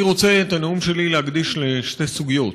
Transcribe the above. אני רוצה להקדיש את הנאום שלי לשתי סוגיות.